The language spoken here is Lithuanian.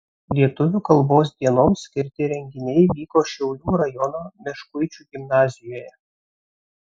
lietuvių kalbos dienoms skirti renginiai vyko šiaulių rajono meškuičių gimnazijoje